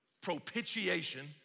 propitiation